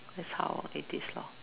that's how it is lor